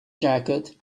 jacket